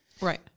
Right